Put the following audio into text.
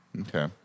Okay